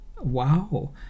Wow